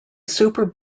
super